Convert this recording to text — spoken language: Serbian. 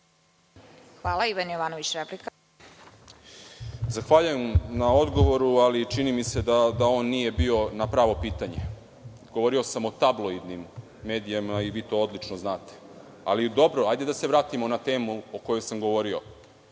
**Ivan Jovanović** Zahvaljujem na odgovoru, ali čini mi se da on nije bio na pravo pitanje. Govorio sam o tabloidnim medijima i vi to odlično znate. Dobro, hajde da se vratimo na temu o kojoj sam govorio.